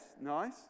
nice